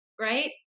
Right